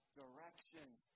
directions